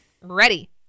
Ready